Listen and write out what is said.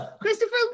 Christopher